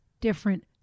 different